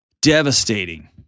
devastating